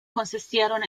consistieron